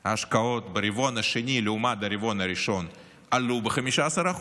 ההשקעות ברבעון השני לעומת הרבעון הראשון עלו ב-15%,